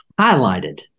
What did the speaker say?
highlighted